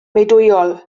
meudwyol